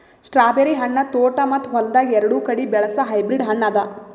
strawberry ಹಣ್ಣ ತೋಟ ಮತ್ತ ಹೊಲ್ದಾಗ್ ಎರಡು ಕಡಿ ಬೆಳಸ್ ಹೈಬ್ರಿಡ್ ಹಣ್ಣ ಅದಾ